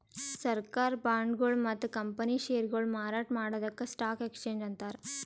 ಸರ್ಕಾರ್ ಬಾಂಡ್ಗೊಳು ಮತ್ತ್ ಕಂಪನಿ ಷೇರ್ಗೊಳು ಮಾರಾಟ್ ಮಾಡದಕ್ಕ್ ಸ್ಟಾಕ್ ಎಕ್ಸ್ಚೇಂಜ್ ಅಂತಾರ